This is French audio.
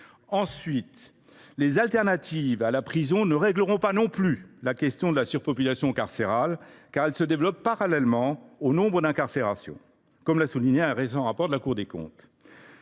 Ensuite, les alternatives à la prison ne régleront pas non plus la question de la surpopulation carcérale, car elles se développent parallèlement au nombre d’incarcérations, comme l’a souligné un récent rapport de la Cour des comptes.